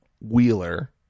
Wheeler